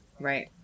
right